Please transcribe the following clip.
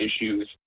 issues